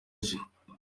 cye